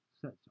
sets